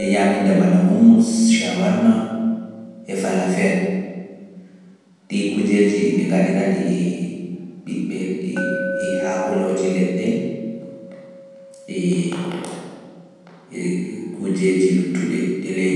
e ñaaminnda bana Hummus, Shawarma e Falafeel, ɗii kuujeeji e ɓe ngaɗira-ɗi e ɓiɓɓe - e haakolooji leɗɗe e, e kuujeeji luttuɗe ɗe leydi.